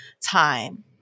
time